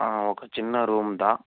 ఒక చిన్న రూమ్ దా